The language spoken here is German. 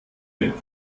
mit